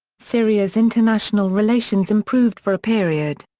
syria's international relations improved for a period.